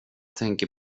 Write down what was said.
tänker